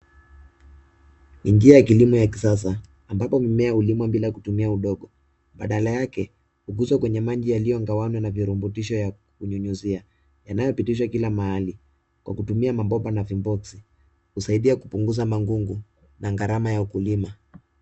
Ingia kilimo ya kisasa, ambapo mimea hulimwa bila kutumia udongo, badala yake huingizwa kwenye maji yaliyogawanya na virutubisho ya kunyunyuzia yanayopitishwa kila mahali kwa kutumia mabomba na viboksi. Husaidia kupunguza magugu na gharama ya ukulima.